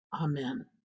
Amen